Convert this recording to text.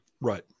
Right